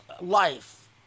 life